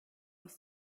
aus